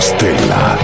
Stella